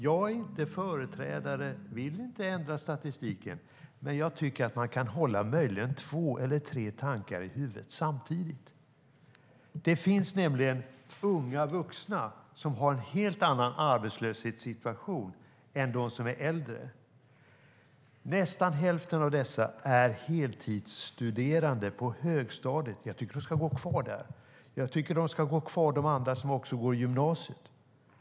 Jag är inte företrädare och vill inte ändra statistiken, men jag tycker att man kan hålla två eller tre tankar i huvudet samtidigt. Det finns nämligen unga vuxna som har en helt annan arbetslöshetssituation än vad de som är äldre har. Nästan hälften av dessa är heltidsstuderande på högstadiet. Jag tycker att de ska gå kvar där. Jag tycker att de andra, de som går i gymnasiet, också ska gå kvar.